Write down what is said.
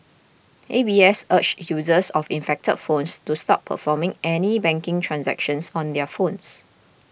A B S urged users of infected phones to stop performing any banking transactions on their phones